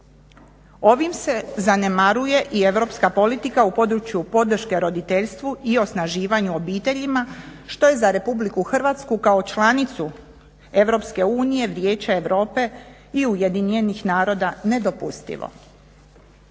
Ovim se zanemaruje i europska politika u području podrške roditeljstvu i osnaživanju obiteljima što je za Republiku Hrvatsku kao članicu Europske Unije, Vijeća Europe i Ujedinjenih naroda nedopustivo.